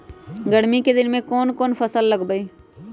गर्मी के दिन में कौन कौन फसल लगबई?